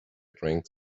drank